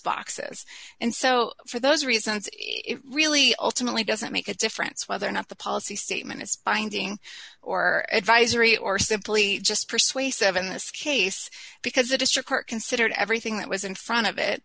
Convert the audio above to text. boxes and so for those reasons it really ultimately doesn't make a difference whether or not the policy statement is binding or advisory or simply just persuasive in this case because the districts are considered everything that was in front of it